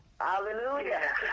Hallelujah